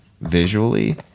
visually